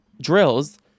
drills